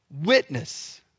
witness